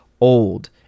old